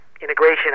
integration